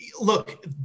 look